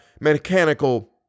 mechanical